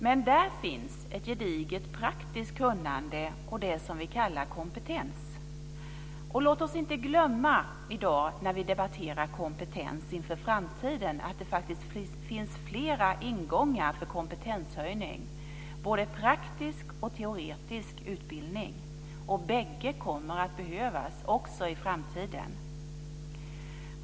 Men där finns ett gediget praktiskt kunnande och det som vi kallar kompetens. Låt oss i dag när vi debatterar kompetens inför framtiden inte glömma att det faktiskt finns flera ingångar för kompetenshöjning, både praktisk och teoretisk utbildning. Bägge kommer att behövas också i framtiden.